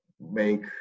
make